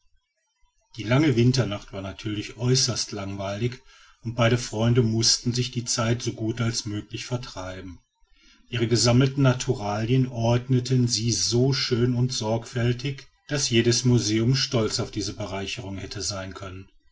die lange winternacht war natürlich äußerst langweilig und die beiden freunde mußten sich die zeit so gut als möglich vertreiben ihre gesammelten naturalien ordneten sie so schön und sorgfältig daß jedes museum stolz auf diese bereicherung hätte sein können